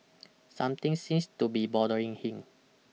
Something seems to be bothering him